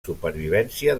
supervivència